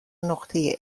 نقطه